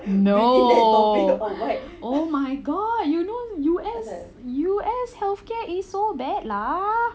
no oh my god you know U_S U_S healthcare is so bad lah